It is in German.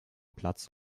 platz